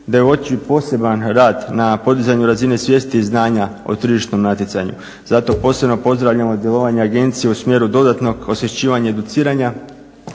da je uočen poseban rad na podizanju razine svijesti i znanja o tržišnom natjecanju. Zato posebno pozdravljam djelovanje agencije u smjeru dodatnog osvješćivanja i educiranja